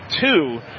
two